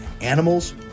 animals